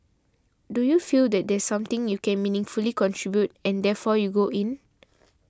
do you feel that there's something you can meaningfully contribute and therefore you go in